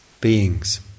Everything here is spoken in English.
beings